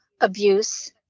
abuse